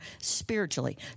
spiritually